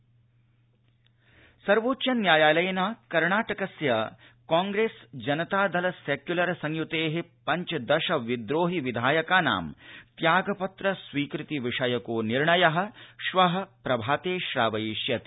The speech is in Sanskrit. सर्वोच्चन्यायालयकर्नाटकम् सर्वोच्च न्यायालयेन कर्णाटकस्य कांप्रेस् जनतादल सेक्यूलर् संयुते पञ्चदश विद्रोहि विधायकानां त्यागपत्र स्वीकृति विषयको निर्णय श्व प्रभाते श्रावयिष्यते